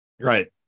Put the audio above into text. Right